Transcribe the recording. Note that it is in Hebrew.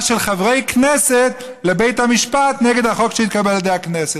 של חברי כנסת לבית המשפט נגד חוק שהתקבל על ידי הכנסת.